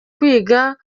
kwiga